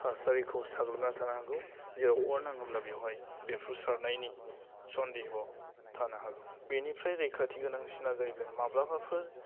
थासारिखौ साग्लोबना थानो हागौ जेराव अर नांङोब्ला बेवहाय बेफ्रुसारनायनि सन्देह' थानो हागौ बेनिफ्राय रैखाथि गोनांसिना जाहैबाय माब्लाफोर